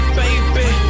baby